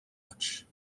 much